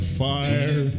fire